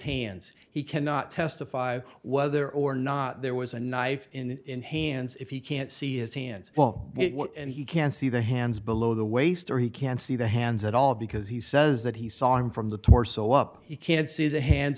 hands he cannot testify whether or not there was a knife in hands if you can't see his hands well what and he can see the hands below the waist or he can see the hands at all because he says that he saw him from the torso up you can see the hands